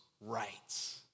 rights